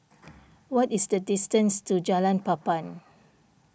what is the distance to Jalan Papan